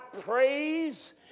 praise